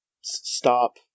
stop